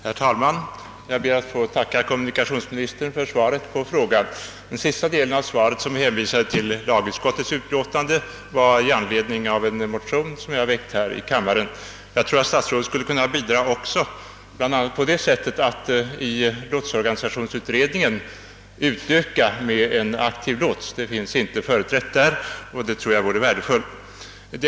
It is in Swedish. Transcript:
Herr talman! Jag ber att få tacka kommunikationsministern för svaret på frågan. visade till, hade avgivits med anledning av en motion som jag väckt här i kammaren. Jag tror att också statsrådet skulle kunna bidra till en god lösning av frågan om lotsarnas rättssäkerhet bl.a. genom att utöka lotsorganisationsutredningen med en aktiv lots. Lotsarna är inte företrädda i denna utredning, men det vore säkert värdefullt om de bleve det.